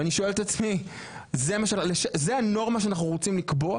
אני שואל את עצמי האם זו הנורמה שאנחנו רוצים לקבוע?